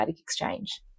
exchange